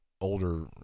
older